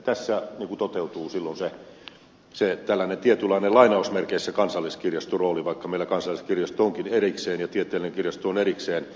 tässä toteutuu tietyn lainen lainausmerkeissä kansalliskirjastorooli vaikka meillä kansalliskirjasto onkin erikseen ja tieteellinen kirjasto on erikseen